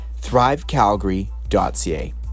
thrivecalgary.ca